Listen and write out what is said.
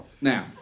Now